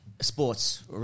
sports